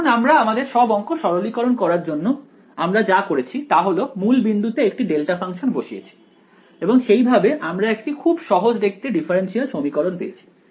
এখন আমরা আমাদের সব অংক সরলীকরণ করার জন্য আমরা যা করেছি তা হলো মূল বিন্দুতে একটি ডেল্টা ফাংশন বসিয়েছি এবং সেইভাবে আমরা একটি খুব সহজ দেখতে ডিফারেন্সিয়াল সমীকরণ পেয়েছি